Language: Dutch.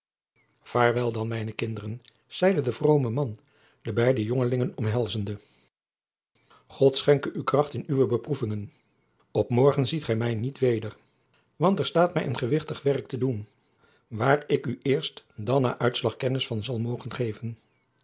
vaartwel dan mijne kinderen zeide de vroome man de beide jongelingen omhelzende jacob van lennep de pleegzoon god schenke u kracht in uwe beproevingen op morgen ziet gij mij niet weder want er staat mij een gewichtig werk te doen waar ik u eerst na den uitslag kennis van zal mogen geven